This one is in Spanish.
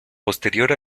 posterior